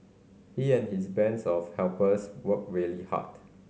he and his bands of helpers worked really hard